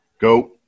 Go